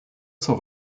zur